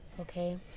okay